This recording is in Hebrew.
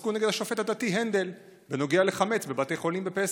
פסקו נגד השופט הדתי הנדל בנוגע לחמץ בבתי חולים בפסח,